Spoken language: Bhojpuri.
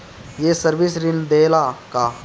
ये सर्विस ऋण देला का?